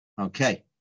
Okay